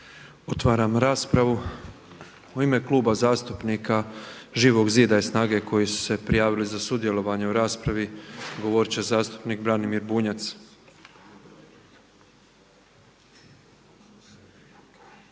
Otvaram raspravu. U ime Kluba zastupnika Živog zida i SNAGA-e koji su se prijavili za sudjelovanje u raspravi govorit će zastupnik Branimir Bunjac.